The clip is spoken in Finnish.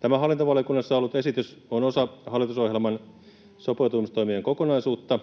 Tämä hallintovaliokunnassa ollut esitys on osa hallitusohjelman sopeutumistoimien kokonaisuutta,